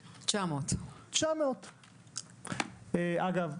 900. אגב,